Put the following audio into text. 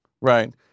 Right